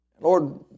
Lord